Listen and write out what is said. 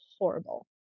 horrible